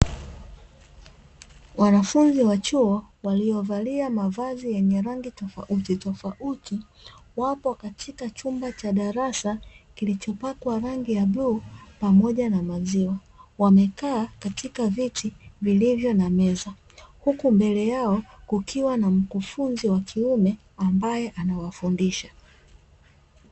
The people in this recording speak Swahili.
Wanafunzi wa chuo waliovalia mavazi yenye rangi tofautitofauti wapo katika chumba cha darasa kilichopakwa rangi ya bluu pamoja na maziwa, wamekaa katika viti vilivyo na meza huku mbele yao kukiwa na mkufunzi wa kiume ambaye anawafundisha.